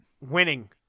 Winning